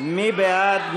מי בעד?